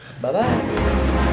Bye-bye